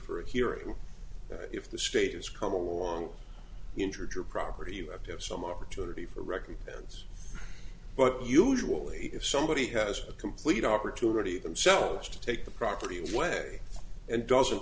for a hearing if the state has come along injured your property you have to have some opportunity for recompense but usually if somebody has a complete opportunity themselves to take the property away and doesn't